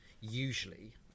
usually